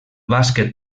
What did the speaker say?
bàsquet